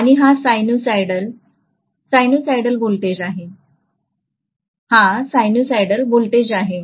आणि हा sinusoid sinusoidal voltage आहे हा सायनुसायडल व्होल्टेज आहे